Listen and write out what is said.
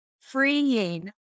freeing